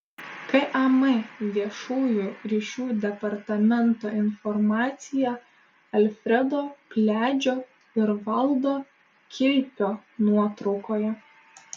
kam viešųjų ryšių departamento informacija alfredo pliadžio ir valdo kilpio nuotraukoje